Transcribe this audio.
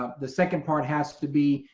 ah the second part has to be,